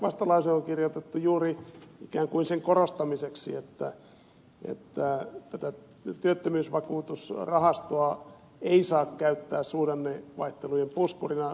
vastalause on kirjoitettu juuri ikään kuin sen korostamiseksi että työttömyysvakuutusrahastoa ei saa käyttää suhdannevaihtelujen puskurina